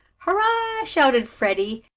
hurrah! shouted freddie.